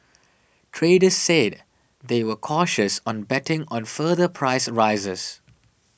traders said they were cautious on betting on further price rises